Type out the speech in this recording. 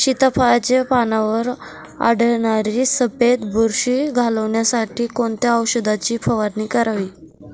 सीताफळाचे पानांवर आढळणारी सफेद बुरशी घालवण्यासाठी कोणत्या औषधांची फवारणी करावी?